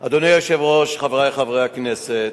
אדוני היושב-ראש, חברי חברי הכנסת,